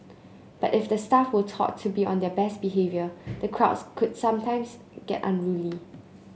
but if the staff were taught to be on their best behaviour the crowds could some times get unruly